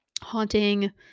haunting